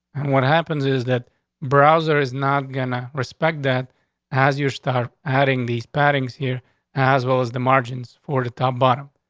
what happens is that browser is not gonna respect that as your start. having these patterns here as well is the margins for the top bottom.